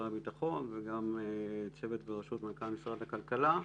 הביטחון וצוות בראשות מנכ"ל משרד הכלכלה,